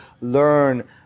learn